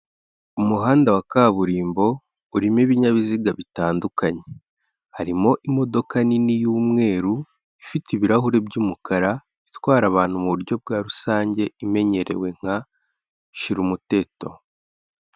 Umuhanda wa kaburimbo urimo ibinyabiziga bitandukanye, harimo imodoka nini y'umweru ifite ibirahure by'umukara itwara abantu mu buryo bwa rusange imenyerewe nka shira umuteto.